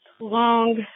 long